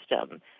system